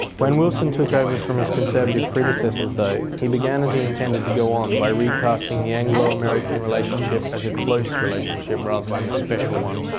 when wilson took over from his conservative predecessors though, he began as he intended to go on by recasting the anglo-american relationship as a close relationship rather than a special one.